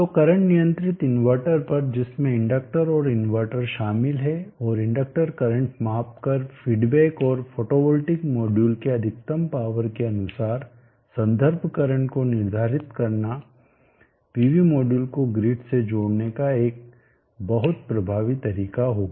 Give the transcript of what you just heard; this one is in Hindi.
तो करंट नियंत्रित इन्वर्टर पर जिसमें इंडक्टर और इन्वर्टर शामिल हैं और इंडक्टर करंट माप कर फीडबैक और फोटोवोल्टिक मॉड्यूल के अधिकतम पावर के अनुसार संदर्भ करंट को निर्धारित करना पीवी मॉड्यूल को ग्रिड से जोड़ने का एक बहुत प्रभावी तरीका होगा